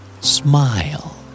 Smile